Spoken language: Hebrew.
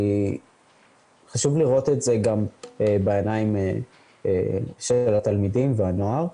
חשוב לראות את זה גם בעיניים של התלמידים והנוער.